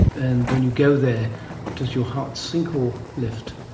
and when you go there does your heart sink or lift?